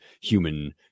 human